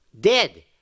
Dead